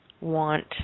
want